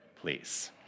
Please